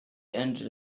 ended